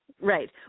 right